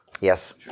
Yes